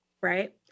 Right